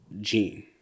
gene